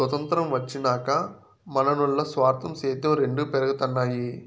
సొతంత్రం వచ్చినాక మనునుల్ల స్వార్థం, సేద్యం రెండు పెరగతన్నాయి